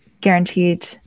guaranteed